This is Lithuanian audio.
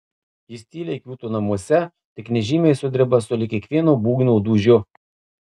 jis tyliai kiūto namuose tik nežymiai sudreba sulig kiekvienu būgno dūžiu